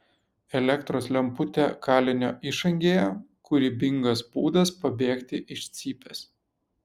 elektros lemputė kalinio išangėje kūrybingas būdas pabėgti iš cypės